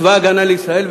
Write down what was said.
צבא-הגנה לישראל,